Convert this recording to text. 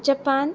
Japan